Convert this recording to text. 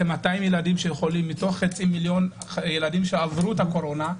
כ-200 ילדים שחולים מתוך חצי מיליון שעברו את הקורונה,